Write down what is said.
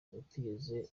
utigeze